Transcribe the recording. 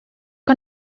que